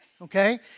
okay